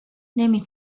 نمی